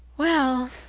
well,